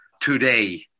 today